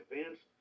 advanced